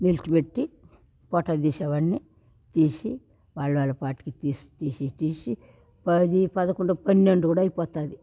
నిలిచి పెట్టి ఫోటో తీసే వాళ్ళని తీసి వాళ్ళు వాళ్లపాటికి తీసి పది పదకొండు పన్నెండు కూడా అయిపోతుంది